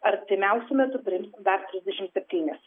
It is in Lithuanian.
artimiausiu metu priimsim dar trisdešim septynis